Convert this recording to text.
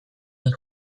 dut